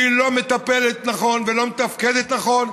היא לא מטפלת נכון ולא מתפקדת נכון.